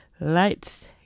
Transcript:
Lights